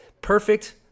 Perfect